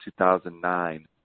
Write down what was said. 2009